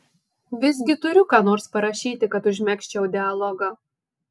visgi turiu ką nors parašyti kad užmegzčiau dialogą